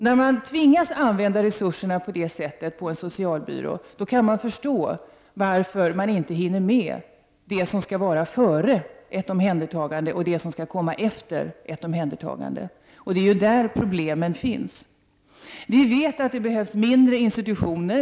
När man tvingas använda resurserna på det sättet på en socialbyrå, förstår jag varför man inte hinner med det som skall ske före ett omhändertagande och det som skall ske efter ett omhändertagande. Det är ju i detta sammanhang problemen finns. Vi vet att det behövs mindre institutioner.